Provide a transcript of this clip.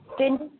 चलिए